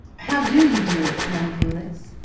how do you do it, young felix?